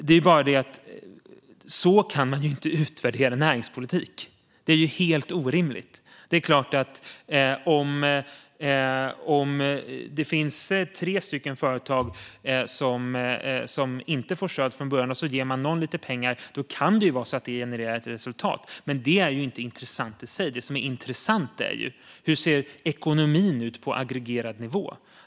Det är bara det att så kan man inte utvärdera näringspolitik. Det är helt orimligt. Det är klart att om det finns tre stycken företag som inte har fått stöd från början och så ger man någon lite pengar kan det ju generera ett resultat, men det är inte intressant i sig. Det som är intressant är hur ekonomin ser ut på aggregerad nivå.